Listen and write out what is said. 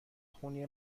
خونی